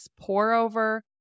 pour-over